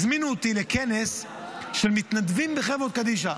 הזמינו אותי לכנס של מתנדבים בחברות קדישא.